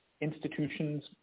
institutions